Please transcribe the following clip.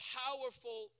powerful